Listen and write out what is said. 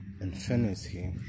infinity